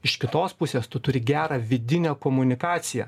iš kitos pusės tu turi gerą vidinę komunikaciją